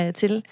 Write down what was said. til